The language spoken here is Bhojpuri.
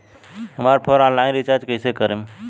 हमार फोन ऑनलाइन रीचार्ज कईसे करेम?